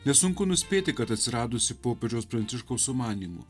nesunku nuspėti kad atsiradusi popiežiaus pranciškaus sumanymu